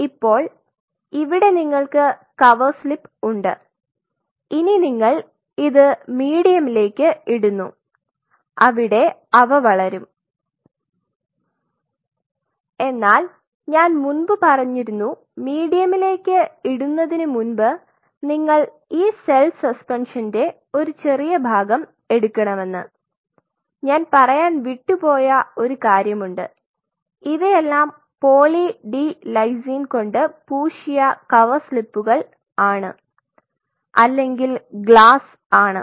ഇപ്പോൾ ഇവിടെ നിങ്ങൾക്ക് കവർ സ്ലിപ് ഉണ്ട് ഇനി നിങ്ങൾ ഇത് മീഡിയമിലേക്ക് ഇടുന്നു അവിടെ അവ വളരും എന്നാൽ ഞാൻ മുൻപ് പറഞ്ഞിരുന്നു മീഡിയമിലേക്ക് ഇടുന്നതിന് മുൻപ് നിങ്ങൾ ഈ സെൽ സസ്പെൻഷന്റെ ഒരു ചെറിയ ഭാഗം എടുക്കണമെന്ന് ഞാൻ പറയാൻ വിട്ടു പോയ ഒരു കാര്യമുണ്ട് ഇവയെല്ലാം പോളി ഡി ലൈസിൻ കൊണ്ട് പൂശിയ കവർ സ്ലിപ്പുകൾ അല്ലെങ്കിൽ ഗ്ലാസ് ആണ്